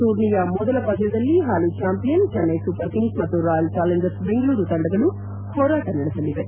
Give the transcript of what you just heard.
ಟೂರ್ನಿಯ ಮೊದಲ ಪಂದ್ಲದಲ್ಲಿ ಹಾಲಿ ಚಾಂಪಿಯನ್ ಚೆನ್ನೈ ಸೂಪರ್ ಕಿಂಗ್ಲ್ ಮತ್ತು ರಾಯಲ್ ಚಾಲೆಂಜರ್ಸ್ ಬೆಂಗಳೂರು ತಂಡಗಳು ಹೋರಾಟ ನಡೆಸಲಿವೆ